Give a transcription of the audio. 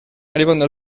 arrivando